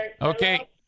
Okay